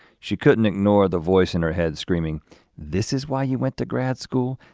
she couldn't ignore the voice in her head screaming this is why you went to grad school?